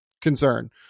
concern